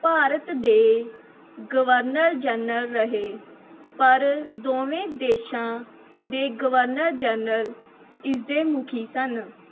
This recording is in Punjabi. ਭਾਰਤ ਦੇ ਗਵਰਨਰ ਜਨਰਲ ਰਹੇ ਪਰ ਦੋਵੇਂ ਦੇਸ਼ਾਂ ਦੇ ਗਵਰਨਰ ਜਨਰਲ ਇਸ ਦੇ ਮੁਖੀ ਸਨ